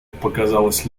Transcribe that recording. показалось